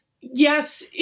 yes